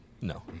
no